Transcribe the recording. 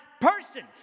Persons